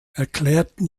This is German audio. erklärten